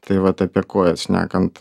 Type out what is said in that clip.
tai vat apie kojas šnekant